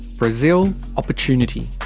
brazil opportunity.